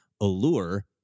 allure